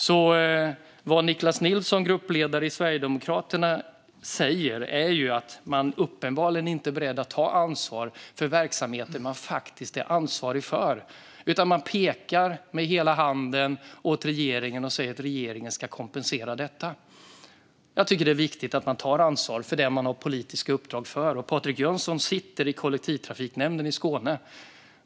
Det som Niclas Nilsson, gruppledare i Sverigedemokraterna, säger är alltså att man uppenbarligen inte är beredd att ta ansvar för verksamheter som man faktiskt är ansvarig för. Man pekar i stället med hela handen åt regeringen och säger att regeringen ska kompensera för detta. Jag tycker att det är viktigt att man tar ansvar för sina politiska uppdrag. Patrik Jönsson sitter med i kollektivtrafiknämnden i Region Skåne.